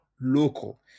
local